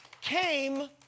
came